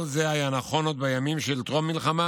כל זה היה נכון עוד בימים של טרום מלחמה,